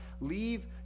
leave